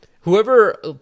Whoever